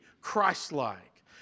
Christ-like